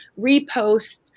repost